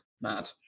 mad